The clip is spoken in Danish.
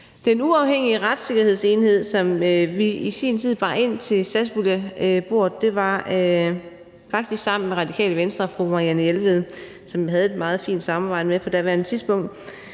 Den uafhængige retssikkerhedsenhed, som vi i sin tid bar ind til satspuljebordet – det var faktisk sammen med Radikale Venstre og fru Marianne Jelved, som vi havde et meget fint samarbejde med på daværende tidspunkt